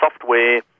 software